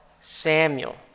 Samuel